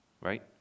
right